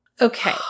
Okay